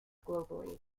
globally